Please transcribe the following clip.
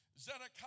Zedekiah